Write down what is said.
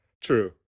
true